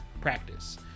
practice